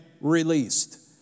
released